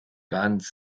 ganz